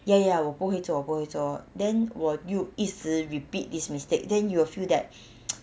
ya ya 我不会做我不会做 then 我又一直 repeat this mistake then you will feel that